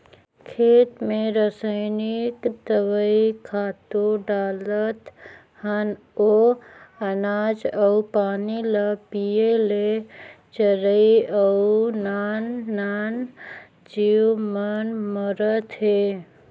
खेत मे रसइनिक दवई, खातू डालत हन ओ अनाज अउ पानी ल पिये ले चरई अउ नान नान जीव मन मरत हे